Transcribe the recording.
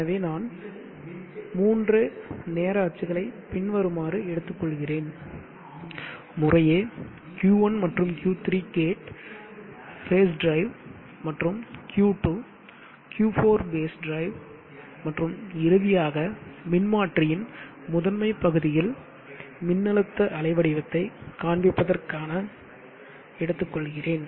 எனவே நான் 3 நேர அச்சுகளை பின்வருமாறு எடுத்துக்கொள்கிறேன் முறையே Q1 மற்றும் Q3 கேட் பேஸ் டிரைவ் மற்றும் Q2 Q4 பேஸ் டிரைவ் மற்றும் இறுதியாக மின்மாற்றியின் முதன்மை பகுதியில் மின்னழுத்த அலை வடிவத்தை காண்பிப்பதற்காக எடுத்துக்கொள்கிறேன்